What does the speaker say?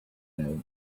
now